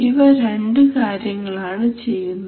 ഇവ രണ്ടു കാര്യങ്ങളാണ് ചെയ്യുന്നത്